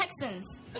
Texans